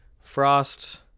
Frost